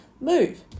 move